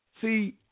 See –